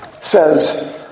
says